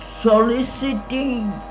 soliciting